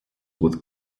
with